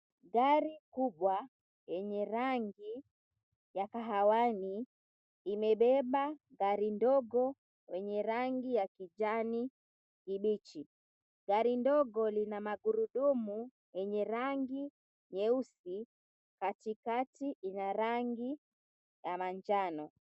Gari kubwa yenye rangi ya kahawani imebeba gari ndogo yenye rangi ya kijani kibichi. Gari ndogo lina magurudumu yenye rangi nyeusi, katikati ina rangi ya manjano.